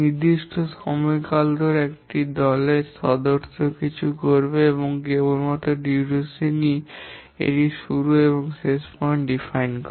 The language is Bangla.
নির্দিষ্ট সময়কাল ধরে একজন দলের সদস্য কিছু করবে এবং কেবল সময়কাল ই এটি শুরু এবং শেষ পয়েন্ট সংজ্ঞায়িত করে